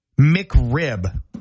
McRib